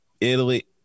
italy